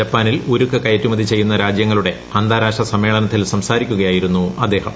ജപ്പാനിൽ ഉരുക്ക് കയറ്റുമതി ചെയ്യുന്ന രാജ്യങ്ങളുടെ അന്താരാഷ്ട്ര്ട് സമ്മേളനത്തിൽ സംസാരിക്കുകയായിരുന്നു അദ്ദേഹം